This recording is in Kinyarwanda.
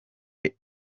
the